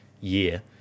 year